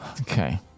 Okay